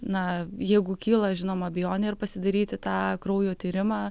na jeigu kyla žinoma abejonė ir pasidaryti tą kraujo tyrimą